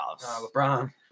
LeBron